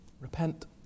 repent